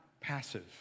passive